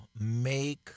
Make